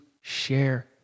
share